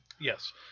Yes